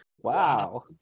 wow